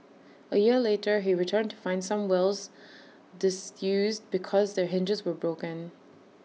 A year later he returned to find some wells disused because their hinges were broken